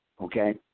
okay